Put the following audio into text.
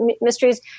mysteries